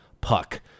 puck